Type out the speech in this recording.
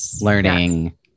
learning